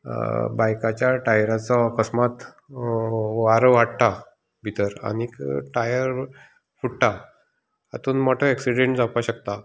बायकाच्या टायराचो अकस्मात वारो वाडटा भितर आनीक टायर फुट्टा हातूंत मोठो एक्सिडेंट जावपाक शकता